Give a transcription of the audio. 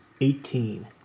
Eighteen